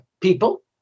people